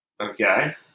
Okay